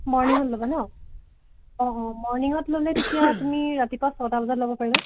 মৰ্ণিঙত ল'বা ন অঁ অঁ মৰ্ণিঙত ল'লে তেতিয়া তুমি ৰাতিপুৱা ছটা বজাত ল'ব পাৰিবা